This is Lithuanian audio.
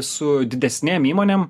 su didesnėm įmonėm